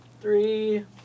three